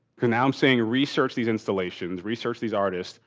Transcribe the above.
because now i'm saying research these installations, research these artists,